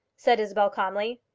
said isabel calmly.